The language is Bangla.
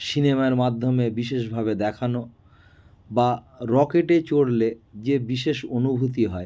সিনেমার মাধ্যমে বিশেষভাবে দেখানো বা রকেটে চড়লে যে বিশেষ অনুভূতি হয়